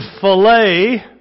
filet